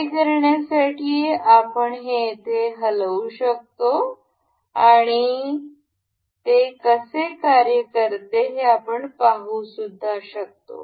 हे करण्यासाठी आपण हे येथे हलवू शकतो आणि ते कसे कार्य करते ते आपण पाहू शकतो